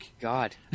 god